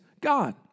God